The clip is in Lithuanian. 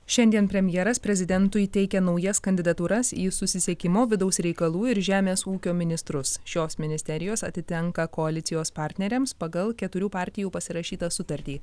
šiandien premjeras prezidentui teikia naujas kandidatūras į susisiekimo vidaus reikalų ir žemės ūkio ministrus šios ministerijos atitenka koalicijos partneriams pagal keturių partijų pasirašytą sutartį